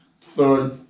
third